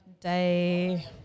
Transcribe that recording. day